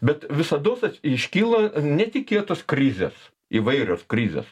bet visados iškyla netikėtos krizės įvairios krizės